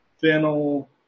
fennel